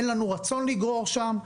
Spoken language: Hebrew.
אין לנו רצון לגרור לשם,